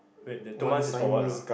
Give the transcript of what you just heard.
wait the two months is for what ah